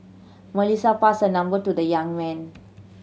Melissa passed her number to the young man